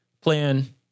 plan